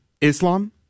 Islam